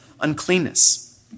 uncleanness